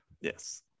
Yes